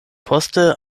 poste